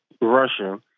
Russia